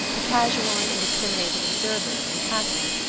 a casual and indiscriminating observer, in passing,